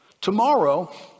Tomorrow